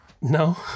No